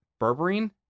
berberine